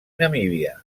namíbia